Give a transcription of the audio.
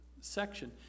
section